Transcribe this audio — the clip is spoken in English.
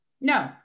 No